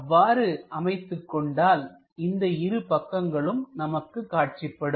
அவ்வாறு அமைத்துக் கொண்டால் இந்த இரு பக்கங்களும் நமக்கு காட்சிப்படும்